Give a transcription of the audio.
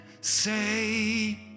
Say